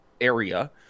area